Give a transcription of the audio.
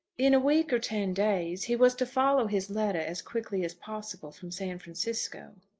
in a week or ten days. he was to follow his letter as quickly as possible from san francisco.